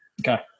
Okay